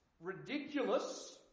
ridiculous